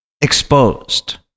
exposed